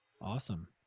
Awesome